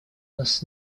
нас